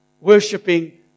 worshipping